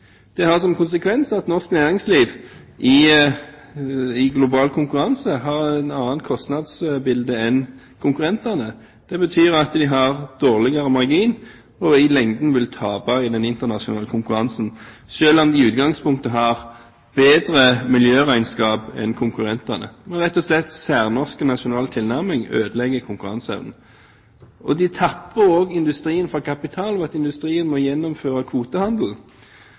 Det har som konsekvens at norsk næringsliv i global konkurranse har et annet kostnadsbilde enn konkurrentene. Det betyr at de har dårligere margin og i lengden vil tape i den internasjonale konkurransen, selv om de i utgangspunktet har bedre miljøregnskap enn konkurrentene. Særnorsk nasjonal tilnærming ødelegger rett og slett konkurranseevnen. De tapper også industrien for kapital ved at industrien må gjennomføre kvotehandel